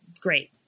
great